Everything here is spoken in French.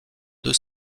deux